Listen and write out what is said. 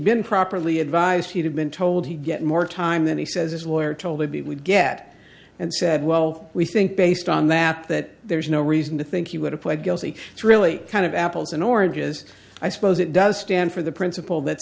been properly advised he'd have been told he'd get more time than he says his lawyer told to be would get and said well we think based on that that there's no reason to think he would have pled guilty it's really kind of apples and oranges i suppose it does stand for the principle that